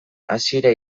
hasiera